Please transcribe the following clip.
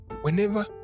whenever